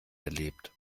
erlebt